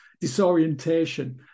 disorientation